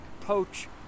poach